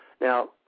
Now